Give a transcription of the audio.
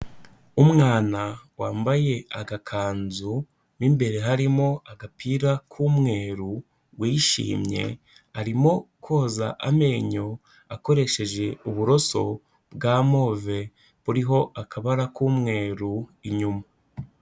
Umwana wambaye agakanzu mo imbere harimo agapira k'umweru wishimye, arimo koza amenyo akoresheje uburoso bwa move buriho akabara k'umweru inyuma.